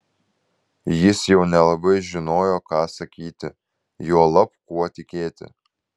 jis jau nelabai žinojo ką sakyti juolab kuo tikėti